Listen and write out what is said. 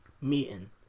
meeting